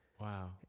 Wow